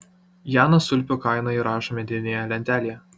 janas tulpių kainą įrašo medinėje lentelėje